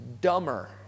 dumber